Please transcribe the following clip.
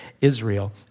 Israel